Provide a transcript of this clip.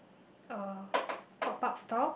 a pop up store